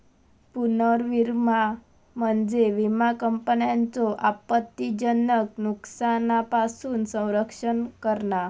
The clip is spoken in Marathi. पुनर्विमा म्हणजे विमा कंपन्यांचो आपत्तीजनक नुकसानापासून संरक्षण करणा